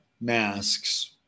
masks